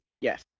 yes